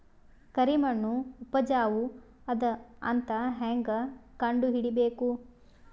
ಕರಿಮಣ್ಣು ಉಪಜಾವು ಅದ ಅಂತ ಹೇಂಗ ಕಂಡುಹಿಡಿಬೇಕು?